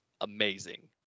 amazing